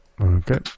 Okay